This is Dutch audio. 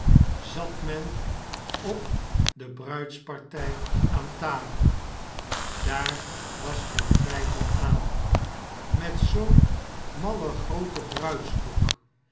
zat men op de bruidspartg aan tafel daar was geen twjjfel aan met zoo'n mallen grooten bruidskoek